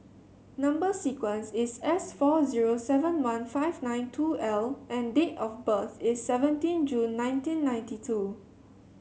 number sequence is S four zero seven one five nine two L and date of birth is seventeen June nineteen ninety two